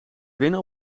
winnen